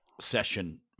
session